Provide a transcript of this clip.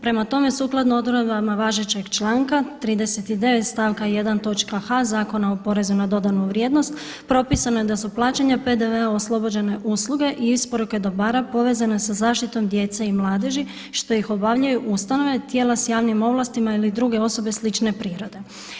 Prema tome, sukladno odredbama važećeg članka 39. stavka 1. točka h, Zakona o porezu na dodanu vrijednost propisano je da su plaćanja PDV-a oslobođene usluge i isporuke dobara povezane sa zaštitom djece i mladeži što ih obavljaju ustanove, tijela s javnim ovlastima ili druge osobe slične prirode.